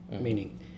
meaning